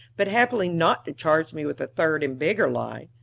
but happily not to charge me with a third and bigger lie,